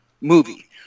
movie